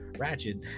Ratchet